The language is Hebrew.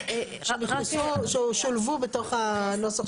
ששולבו בתוך הנוסח.